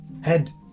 head